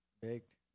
baked